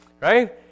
Right